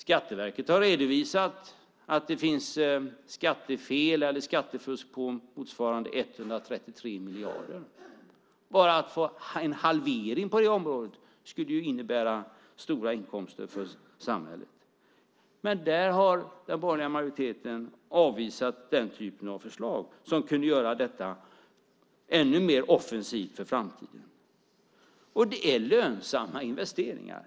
Skatteverket har redovisat att det finns skattefusk på motsvarande 133 miljarder. Bara att få en halvering på det området skulle innebära stora inkomster för samhället. Men den borgerliga majoriteten har avvisat den typ av förslag som skulle kunna göra detta ännu mer offensivt för framtiden. Det är lönsamma investeringar.